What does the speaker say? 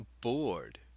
bored